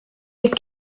les